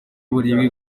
uburibwe